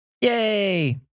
Yay